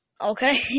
Okay